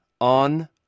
On